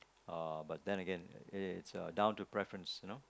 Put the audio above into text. uh but then again it's uh down to preference you know